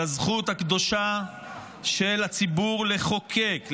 על הזכות הקדושה של הציבור לחוקק,